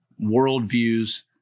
worldviews